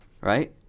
Right